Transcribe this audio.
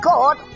God